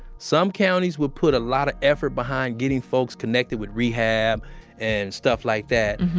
some counties will put a lot of effort behind getting folks connected with rehab and stuff like that,